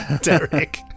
Derek